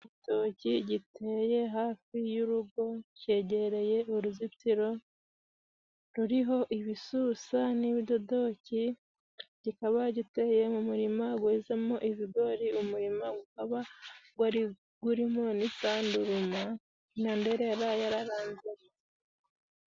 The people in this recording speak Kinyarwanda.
Igitoki giteye hafi y'urugo cegereye uruzitiro ruriho ibisusa n'ibidodoki, kikaba giteye mu murima guhinzwemo ibigori. Umurima gukaba gwari gurimo n'isanduruma na nderera yararanzaranze.